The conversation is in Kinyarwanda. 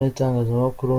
n’itangazamakuru